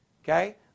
Okay